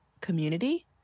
community